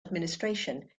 administration